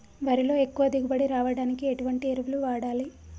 వరిలో ఎక్కువ దిగుబడి రావడానికి ఎటువంటి ఎరువులు వాడాలి?